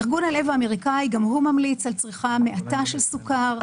ארגון הלב האמריקאי גם ממליץ על צריכה מועטה של סוכר,